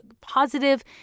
positive